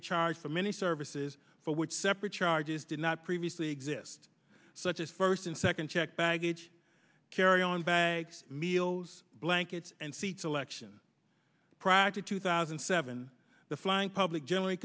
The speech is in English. to charge for many services for which separate charges did not previously exist such as first and second checked baggage carry on bags meals blankets and seat selection practice two thousand and seven the flying public generally